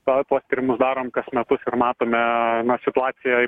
tą tuos tyrimus darom kas metus ir matome na situaciją